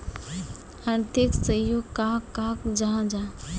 आर्थिक सहयोग कहाक कहाल जाहा जाहा?